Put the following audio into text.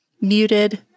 Muted